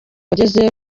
ageze